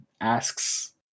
asks